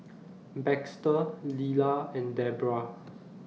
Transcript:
Baxter Lilla and Debbra